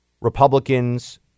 republicans